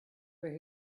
where